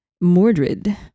Mordred